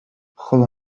ხოლო